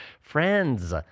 Friends